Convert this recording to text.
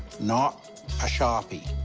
not a sharpie.